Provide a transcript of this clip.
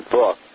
book